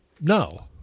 No